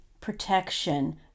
protection